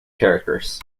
characters